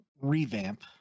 revamp